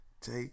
Take